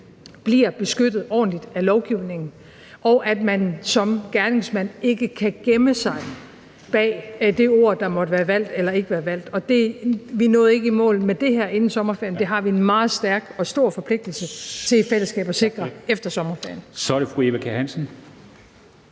bliver beskyttet ordentligt af lovgivningen, og at man som gerningsmand ikke kan gemme sig bag det ord, der måtte være valgt eller ikke være valgt. Vi nåede ikke i mål med det her inden sommerferien, og vi har en meget stærk og stor forpligtelse til i fællesskab at sikre det efter sommerferien. Kl. 23:38 Formanden